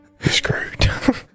Screwed